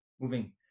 moving